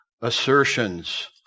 assertions